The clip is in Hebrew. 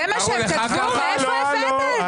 מאיפה הבאת את זה?